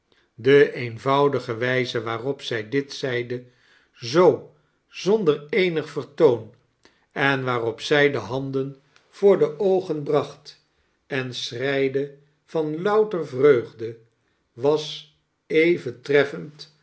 de eenvoudige wijze waarop zij dit zeide zoo zonder eenig vertoon en waarop zij de handen voor de dogen bracht en schreide van-loutr vteugde was even tneffend